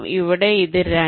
ഇവിടെ ഇത് 2